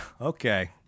Okay